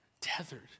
tethered